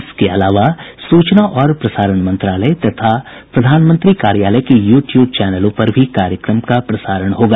इसके अलावा सूचना और प्रसारण मंत्रालय तथा प्रधानमंत्री कार्यालय के यू ट्यूब चैनलों पर भी कार्यक्रम का प्रसारण होगा